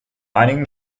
einigen